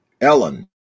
Ellen